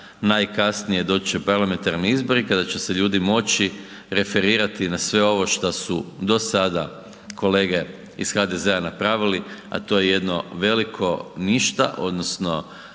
najkasnije doći će parlamentarni izbori kada će se ljudi moći referirati na sve ovo šta su do sada kolege iz HDZ-a napravili, a to je jedno veliko ništa odnosno